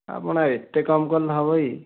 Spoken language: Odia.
ଆପଣ ଏତେ କମ୍ କଲେ ହେବ କି